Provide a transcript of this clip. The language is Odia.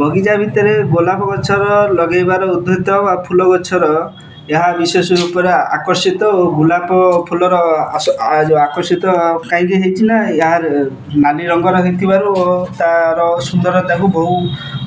ବଗିଚା ଭିତରେ ଗୋଲାପ ଗଛର ଲଗେଇବାର ଉଦ୍ଧତ୍ୟ ବା ଫୁଲ ଗଛର ଏହା ବିଶେଷ ରୂପରେ ଆକର୍ଷିତ ଓ ଗୋଲାପ ଫୁଲର ଆକର୍ଷିତ କାହିଁକି ହେଇଛି ନା ୟା ନାଲି ରଙ୍ଗର ହେଇଥିବାରୁ ଓ ତାର ସୁନ୍ଦରତାକୁ ବହୁ